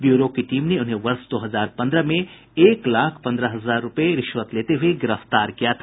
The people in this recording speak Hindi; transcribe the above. ब्यूरो की टीम ने उन्हें वर्ष दो हजार पन्द्रह में एक लाख पन्द्रह हजार रूपये रिश्वत लेते हुये गिरफ्तार किया था